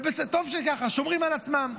וטוב שכך, שומרים על עצמם,